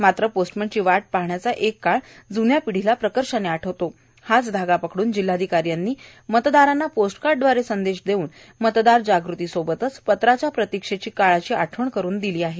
मात्र पोस्टमनची वाट पाहण्याचा एक काळ ज्न्या पिढीला प्रकर्षाने आठवतो हाच धागा पकडून जिल्हाधिकारी यांनी मतदारांना पोस्टकार्डदवारे संदेश देवून मतदार जागृतीसोबतच पत्राच्या प्रतिक्षेच्या काळाची आठवण करुन देणार आहेत